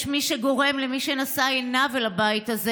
יש מי שגורם למי שנשא עיניו אל הבית הזה